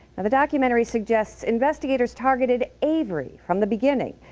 the documentary suggests investigators targeted avery from the beginning.